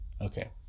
Okay